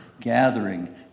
gathering